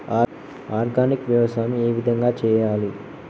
Organic వ్యవసాయం ఏ విధంగా చేయాలి?